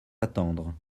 attendre